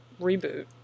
reboot